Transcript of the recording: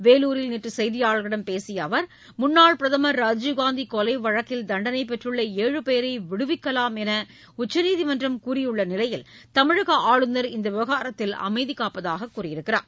வேலூரில் நேற்று செய்தியாளர்களிடம் பேசிய அவர் முன்னாள் பிரதமர் ராஜீவ்காந்தி கொலை வழக்கில் தண்டனை பெற்றுள்ள ஏழு பேரை விடுவிக்கலாம் என்று உச்சநீதிமன்றம் கூறியுள்ள நிலையில் தமிழக ஆளுநர் இந்த விவகாரத்தில் அமைதி காப்பதாக சுட்டிக்காட்டினார்